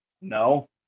No